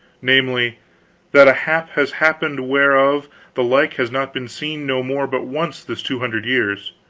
namely that a hap has happened whereof the like has not been seen no more but once this two hundred years,